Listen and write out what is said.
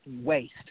waste